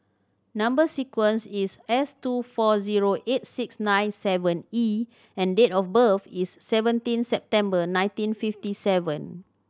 number sequence is S two four zero eight six nine seven E and date of birth is seventeen September nineteen fifty seven